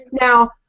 Now